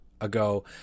ago